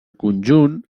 conjunt